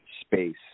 space